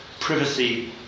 privacy